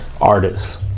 artists